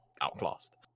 outclassed